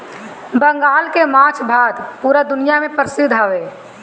बंगाल के माछ भात पूरा दुनिया में परसिद्ध हवे